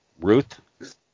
Ruth